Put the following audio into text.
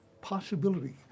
possibility